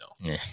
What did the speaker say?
No